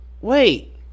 wait